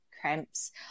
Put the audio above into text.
cramps